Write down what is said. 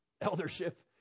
eldership